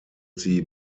sie